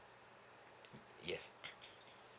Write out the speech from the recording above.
yes